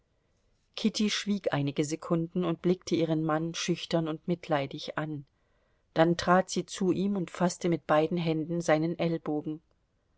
kitty schwieg einige sekunden und blickte ihren mann schüchtern und mitleidig an dann trat sie zu ihm und faßte mit beiden händen seinen ellbogen